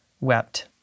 wept